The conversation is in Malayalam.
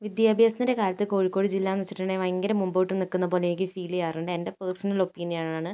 വിദ്യാഭ്യാസത്തിൻ്റെ കാര്യത്തിൽ കോഴിക്കോട് ജില്ലാന്ന് വച്ചിട്ടുണ്ടെങ്കിൽ ഭയങ്കര മുൻപോട്ട് നിൽക്കുന്ന പോലെ എനിക്ക് ഫീല് ചെയ്യാറുണ്ട് എൻ്റെ പേഴ്സണൽ ഒപ്പീനിയൻ ആണ്